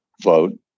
vote